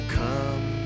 come